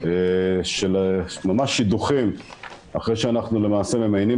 של ממש שידוכים אחרי שאנחנו למעשה ממיינים